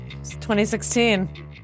2016